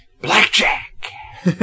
Blackjack